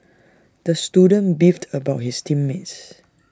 the student beefed about his team mates